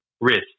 wrist